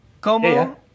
como